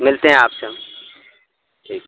ملتے ہیں آپ سے ہم ٹھیک